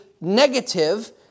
negative